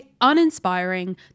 uninspiring